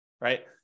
right